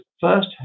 first